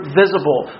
visible